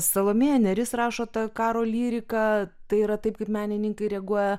salomėja nėris rašo tą karo lyriką tai yra taip kaip menininkai reaguoja